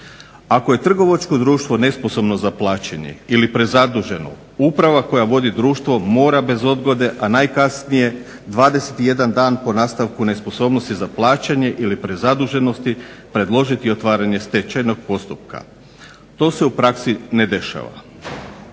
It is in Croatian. Ako je trgovačko društvo nesposobno za plaćanje ili prezaduženo uprava koja vodi društvo mora bez odgode a najkasnije 21 dan po nastanku nesposobnosti za plaćanje ili prezaduženosti predložiti otvaranje stečajnog postupka. To se u praksi ne dešava